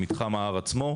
במתחם ההר עצמו,